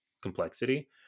complexity